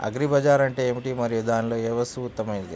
Agri bazaar అంటే ఏమిటి మరియు దానిలో ఏ వస్తువు ఉత్తమమైనది?